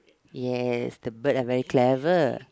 yes the bird are very clever